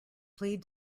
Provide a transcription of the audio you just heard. plead